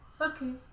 Okay